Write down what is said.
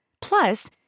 Plus